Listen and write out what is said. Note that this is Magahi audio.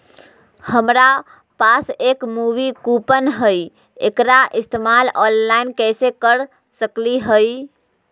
हमरा पास एक मूवी कूपन हई, एकरा इस्तेमाल ऑनलाइन कैसे कर सकली हई?